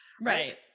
Right